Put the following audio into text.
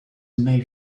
may